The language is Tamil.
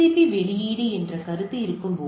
பி வெளியீடு என்ற கருத்து இருக்கும்போது